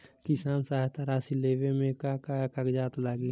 किसान सहायता राशि लेवे में का का कागजात लागी?